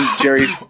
Jerry's